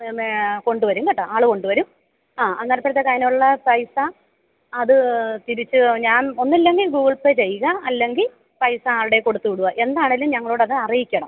കൊണ്ടു വരും കേട്ടാ ആൾ കൊണ്ടു വരും ആ അന്നേരം അപ്പോഴത്തേക്ക് അതിനുള്ള പൈസ അത് തിരിച്ച് ഞാൻ ഒന്നില്ലെങ്കിൽ ഗൂഗിൾ പ്പേ ചെയ്യുക അല്ലെങ്കിൽ പൈസ ആൾഡേയ്ക്കൊട്ത്ത് വിടുക എന്താണെങ്കിലും ഞങ്ങളോട് അത് അറിയിക്കണം